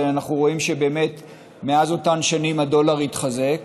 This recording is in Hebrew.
ואנחנו רואים שבאמת מאז אותן שנים הדולר התחזק,